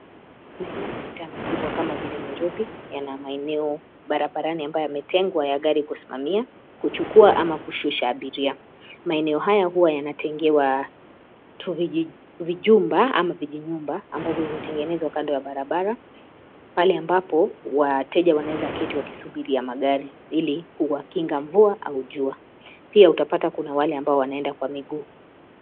Maeneo ya mitaa mikubwa kama vile Nairobi, yana maeneo barabarani ambayo yametengwa ya gari kusimamia, kuchukua, ama kushusha abiria. Maeneo haya huwa yanatengewa tuvijumba ama vijinyumba, ambavyo hutengenezwa kando ya barabara. Pale ambapo, wateja wanaweza keti wakisubiria magari, ili kuwakinga mvua au jua. Pia utapata kuna wale ambao wanaenda kwa miguu.